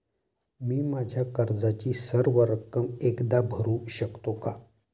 मी माझ्या कर्जाची सर्व रक्कम एकदा भरू शकतो का?